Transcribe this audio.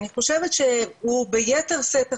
אני חושבת הוא ביתר שאת עכשיו,